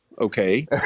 Okay